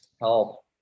help